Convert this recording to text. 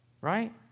Right